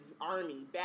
army